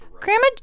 Grandma